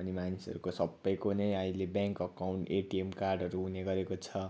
अनि मानिसहरूको सबैको नै अहिले ब्याङ्क अकाउन्ट एटिएम कार्डहरू हुने गरेको छ